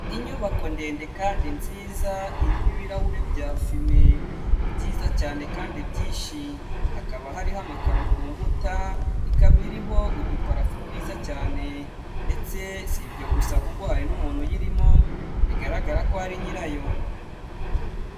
Inyubako ndende kandi nziza, irimo ibirahure bya fume, byiza cyane kandi byinshi, hakaba hariho amakaro ku nkuta, ikaba iriho uduparafo twiza cyane. Ndetse si ibyo gusa, kuko hari n'umuntu uyirimo, bigaragara ko ari nyirayo.